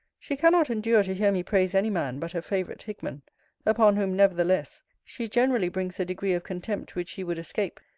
she cannot endure to hear me praise any man but her favourite hickman upon whom, nevertheless, she generally brings a degree of contempt which he would escape,